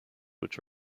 which